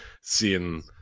seeing